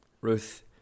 Ruth